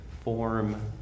form